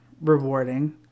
rewarding